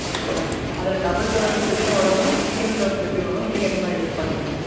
okay ma'am அதில் double door ஃபிரிட்ஜும் வரும் மேம் சிங்கிள் டோர் ஃபிரிட்ஜும் வரும் நீங்கள் எதுமாதிரி எதிர்பார்க்குறீங்க